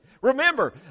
Remember